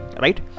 right